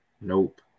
Nope